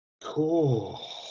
Cool